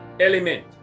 element